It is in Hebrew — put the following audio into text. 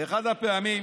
באחת הפעמים,